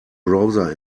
browser